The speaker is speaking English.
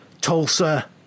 Tulsa